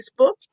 Facebook